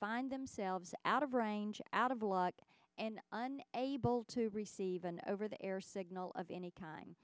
find themselves out of range out of luck and able to receive an over the air signal of any kind